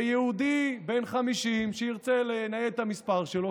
ויהודי בן 50 שירצה לנייד את המספר שלו,